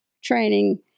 training